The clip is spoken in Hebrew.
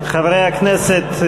חברי הכנסת,